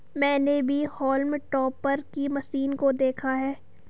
मैंने भी हॉल्म टॉपर की मशीन को देखा है